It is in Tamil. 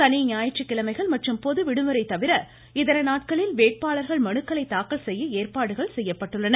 சனி ஞாயிற்றுக்கிழமைகள் மற்றும் பொதுவிடுமுறை தவிர இதர நாட்களில் வேட்பாளர்கள் மனுக்களை தாக்கல் செய்ய ஏற்பாடுகள் செய்யப்பட்டுள்ளன